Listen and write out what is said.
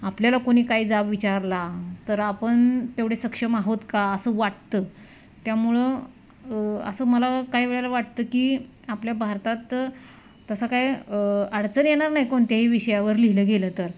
आपल्याला कोणी काही जाब विचारला तर आपण तेवढे सक्षम आहोत का असं वाटतं त्यामुळं असं मला काही वेळेला वाटतं की आपल्या भारतात तसं काय अडचण येणार नाही कोणत्याही विषयावर लिहिलं गेलं तर